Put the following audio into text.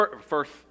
first